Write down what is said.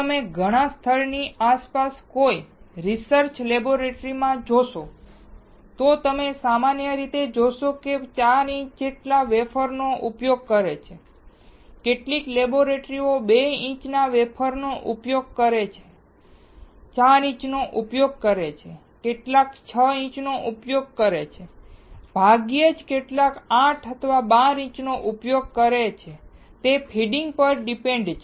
જો તમે ઘણા સ્થળોની આસપાસ કોઈ રિસર્ચ લેબોરેટરીમાં જોશો તો તમે સામાન્ય રીતે જોશો કે તેઓ 4 ઇંચ જેટલા વેફર નો ઉપયોગ કરે છે કેટલીક લેબોરેટરીઓ 2 ઇંચના વેફરનો ઉપયોગ કરે છે 4 ઇંચનો ઉપયોગ કરે છે કેટલાક 6 ઇંચનો ઉપયોગ કરે છે ભાગ્યે જ કેટલાક 8 અથવા 12 ઇંચનો ઉપયોગ કરે તે ફંડિંગ પર ડિપેન્ડ છે